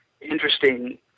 interesting